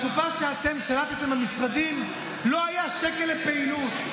בתקופה שאתם שירתם במשרדים לא היה שקל לפעילות.